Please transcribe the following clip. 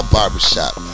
Barbershop